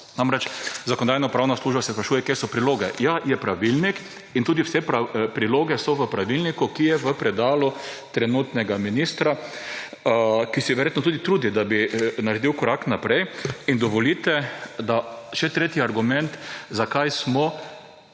Namreč, Zakonodajno-pravna služba se sprašuje, kje so priloge. Ja, je pravilnik, in tudi vse priloge so v pravilniku, ki je v predalu trenutnega ministra, ki se verjetno tudi trudi, da bi naredil korak naprej. Dovolite še tretji argument, zakaj smo